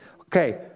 Okay